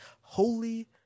holy